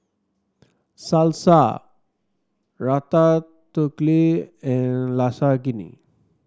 Salsa Ratatouille and Lasagne